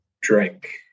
drink